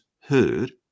heard